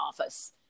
office